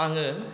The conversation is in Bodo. आङो